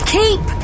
keep